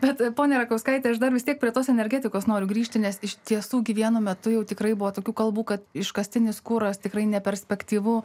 bet ponia rakauskaitė aš dar vis tiek prie tos energetikos noriu grįžti nes iš tiesų vienu metu jau tikrai buvo tokių kalbų kad iškastinis kuras tikrai neperspektyvu